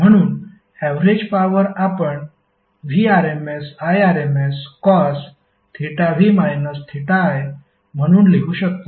म्हणून average power आपण VrmsIrmscosv i म्हणून लिहू शकतो